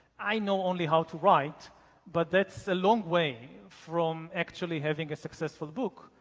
i know only how to write but that's a long way from actually having a successful book